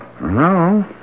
No